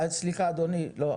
סליחה אדוני, לא.